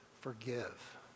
forgive